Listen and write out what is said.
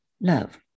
love